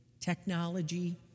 technology